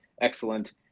excellent